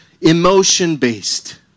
emotion-based